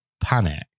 panic